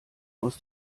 aus